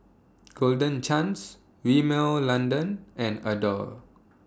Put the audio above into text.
Golden Chance Rimmel London and Adore